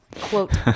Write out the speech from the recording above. quote